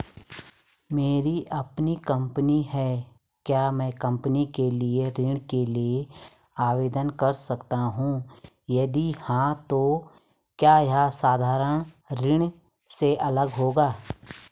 मेरी अपनी कंपनी है क्या मैं कंपनी के लिए ऋण के लिए आवेदन कर सकता हूँ यदि हाँ तो क्या यह साधारण ऋण से अलग होगा?